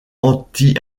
anti